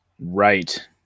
Right